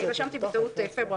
רשמתי בטעות פברואר,